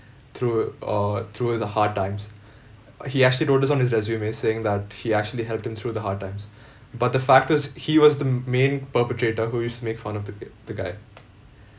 through err through the hard times he actually wrote this on his resume saying that he actually helped him through the hard times but the fact is he was the m~ main perpetrator who used to make fun of the the guy